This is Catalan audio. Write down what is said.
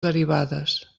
derivades